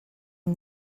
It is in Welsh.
yng